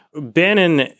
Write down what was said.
Bannon